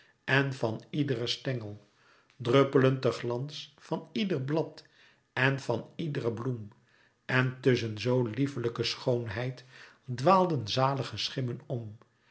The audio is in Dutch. en van iederen stengel druppelend de glans van ieder blad en van iedere bloem en tusschen zoo lieflijke schoonheid dwaalden zalige schimmen om